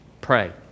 pray